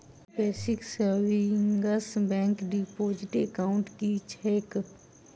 Basic savings bank deposit account की छैक?